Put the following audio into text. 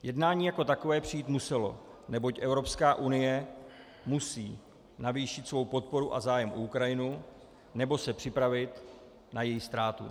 Jednání jako takové přijít muselo, neboť Evropská unie musí navýšit svou podporu a zájem o Ukrajinu, nebo se připravit na její ztrátu.